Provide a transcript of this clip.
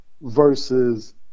versus